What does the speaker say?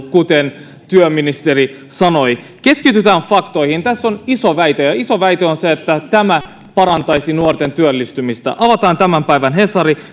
kuten työministeri sanoi keskitytään faktoihin tässä on iso väite ja ja iso väite on se että tämä parantaisi nuorten työllistymistä avataan tämän päivän hesari